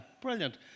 brilliant